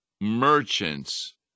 merchants